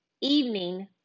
evening